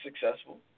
successful